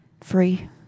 free